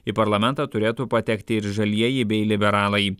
į parlamentą turėtų patekti ir žalieji bei liberalai